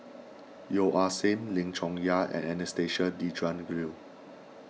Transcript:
Yeo Ah Seng Lim Chong Yah and Anastasia Tjendri Liew